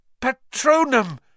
Patronum